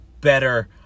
better